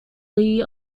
lee